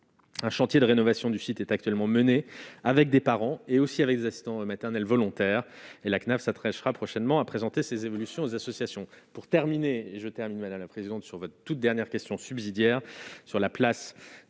un chantier de rénovation du site est actuellement menée avec des parents et aussi avec des assistants maternels volontaire et la CNAF s'adressera prochainement, a présenté ses évolutions associations pour terminer je termine mène à la présidente sur votre toute dernière question subsidiaire sur la place des